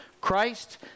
Christ